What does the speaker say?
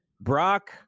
Brock